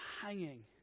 hanging